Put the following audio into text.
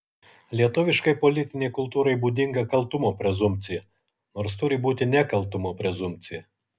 lietuviškai politinei kultūrai būdinga kaltumo prezumpcija nors turi būti nekaltumo prezumpcija